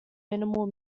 minimal